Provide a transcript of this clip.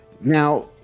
Now